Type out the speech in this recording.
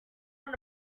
want